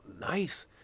nice